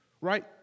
Right